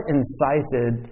incited